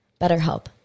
BetterHelp